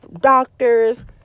doctors